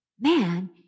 Man